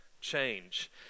change